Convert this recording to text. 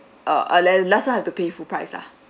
uh a le~ last [one] have to pay full price lah